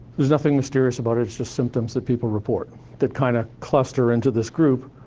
there's nothing mysterious about it, it's just symptoms that people report that kind of cluster into this group,